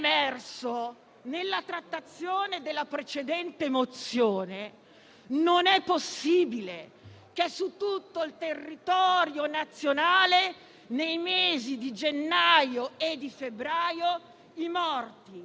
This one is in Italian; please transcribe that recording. nella trattazione della precedente mozione, non è possibile che su tutto il territorio nazionale, nei mesi di gennaio e di febbraio, i morti